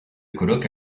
colloque